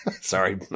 Sorry